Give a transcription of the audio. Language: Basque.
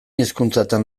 hizkuntzatan